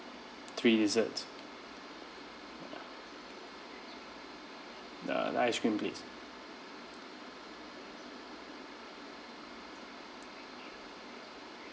three desserts the the ice cream please